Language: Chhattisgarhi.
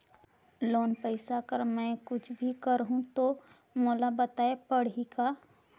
लोन पइसा कर मै कुछ भी करहु तो मोला बताव पड़ही का?